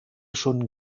schon